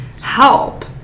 help